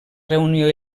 reunió